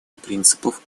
принципов